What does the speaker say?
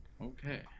Okay